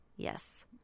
Yes